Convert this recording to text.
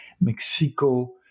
Mexico